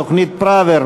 תוכנית פראוור,